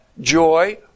joy